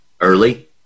early